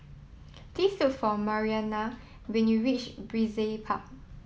please look for Mariana when you reach Brizay Park